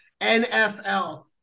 NFL